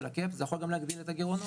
הקאפ זה יכול גם להגדיל את הגירעונות.